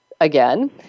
again